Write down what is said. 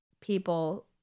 People